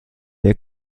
der